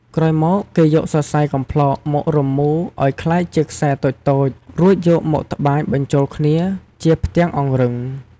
ក្រោយមកគេយកសរសៃកំប្លោកមក រមូរ ឲ្យក្លាយជាខ្សែតូចៗ រួចយកមក ត្បាញ បញ្ចូលគ្នាជាផ្ទាំងអង្រឹង។